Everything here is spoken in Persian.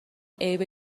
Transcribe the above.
عین